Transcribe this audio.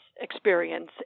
experience